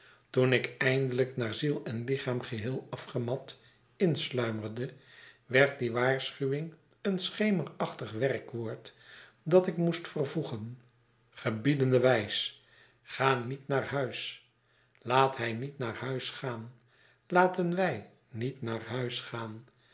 toen ik eindelijk naar ziel en lichaam geheel afgemat insluimerde werd die waarschuwing een schemerachtig werkwoord dat ik moest vervoegen gebiedende wijs ga niet naar huis laat hij niet naar huis gaan laten wij niet naar huis gaan